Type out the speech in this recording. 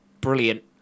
Brilliant